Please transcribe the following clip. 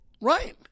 right